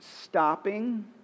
stopping